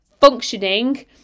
functioning